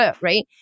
right